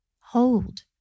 hold